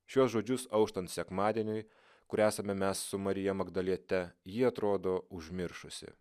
šiuos žodžius auštant sekmadieniui kur esame mes su marija magdaliete ji atrodo užmiršusi